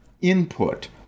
input